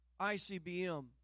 ICBM